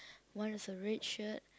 one is a red shirt